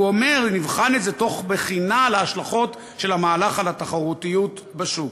הוא אומר: נבחן את זה תוך בחינה של ההשלכות של המהלך על התחרותיות בשוק.